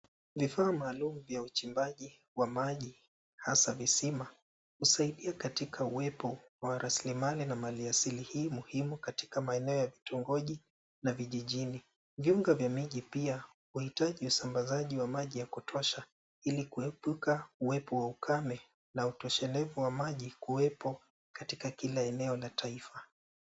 Vifaa maalum vya uchimbaji wa maji hasa visima husaidia katika uwepo wa rasilimali na mali asili hii muhimu katika maeneo ya vitongoji na vijijini. vyunga vya miji pia huhitaji usambazaji wa maji yakutosha ilikuepuka uwepo wa ukame na utoshelevu wa maji kuwepo katika kila eneo la taifa.